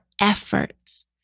efforts